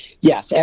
Yes